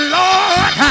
lord